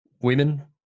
women